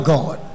God